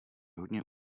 hodně